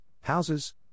houses